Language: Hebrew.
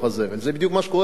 זה בדיוק מה שקורה בים-המלח,